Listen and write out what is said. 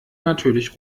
natürlich